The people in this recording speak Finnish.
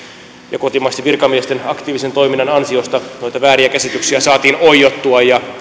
ja kotimaisten virkamiesten aktiivisen toiminnan ansiosta noita vääriä käsityksiä saatiin oiottua ja